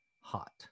hot